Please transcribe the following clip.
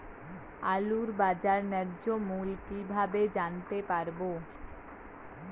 আলুর বাজার ন্যায্য মূল্য কিভাবে জানতে পারবো?